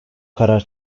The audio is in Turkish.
karar